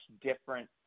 different